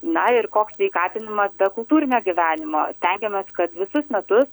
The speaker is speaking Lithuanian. na ir koks sveikatinimas be kultūrinio gyvenimo stengiamės kad visus metus